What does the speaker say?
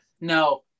no